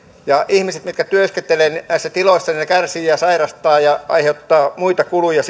ihmiset mitkä työskentelevät näissä tiloissa kärsivät ja sairastavat ja aiheuttavat sitten muita kuluja